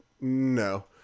no